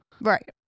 Right